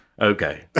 okay